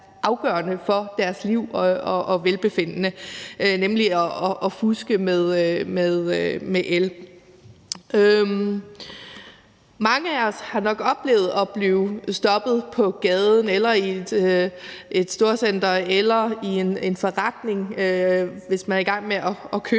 afgørende for deres liv og velbefindende, altså at fuske med el. Mange af os har nok oplevet at blive stoppet på gaden eller i et storcenter eller i en forretning, hvor man er i gang med at købe